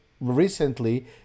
recently